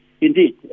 Indeed